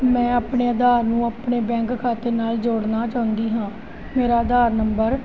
ਮੈਂ ਆਪਣੇ ਆਧਾਰ ਨੂੰ ਆਪਣੇ ਬੈਂਕ ਖਾਤੇ ਨਾਲ ਜੋੜਨਾ ਚਾਹੁੰਦੀ ਹਾਂ ਮੇਰਾ ਆਧਾਰ ਨੰਬਰ